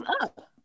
up